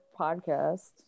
podcast